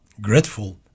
grateful